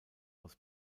aus